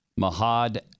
Mahad